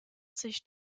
sich